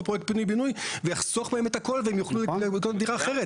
פרויקט פינוי ובינוי ויחסוך מהם את הכול והם יוכלו לקנות דירה אחרת.